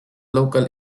local